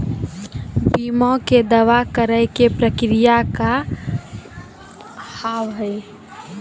बीमा के दावा करे के प्रक्रिया का हाव हई?